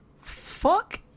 fuck